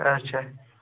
اَچھا